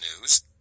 news